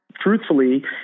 Truthfully